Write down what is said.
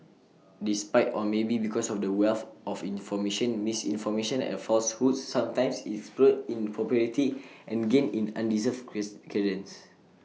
despite or maybe because of the wealth of information misinformation and falsehoods sometimes explode in popularity and gain undeserved credence